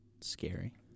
scary